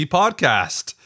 podcast